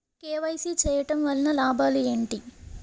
KYC చేయటం వలన లాభాలు ఏమిటి?